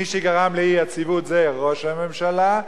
מי שגרם לאי-יציבות זה ראש הממשלה,